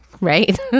right